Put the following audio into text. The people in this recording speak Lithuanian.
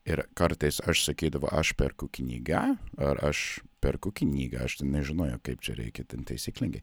ir kartais aš sakydavau aš perku knyga ar aš perku knygą aš ten nežinojau kaip čia reikia ten taisyklingai